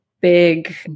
big